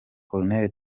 colonel